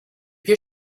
your